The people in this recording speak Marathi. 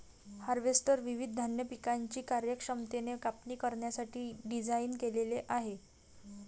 हार्वेस्टर विविध धान्य पिकांची कार्यक्षमतेने कापणी करण्यासाठी डिझाइन केलेले आहे